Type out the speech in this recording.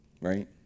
Right